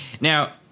now